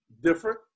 different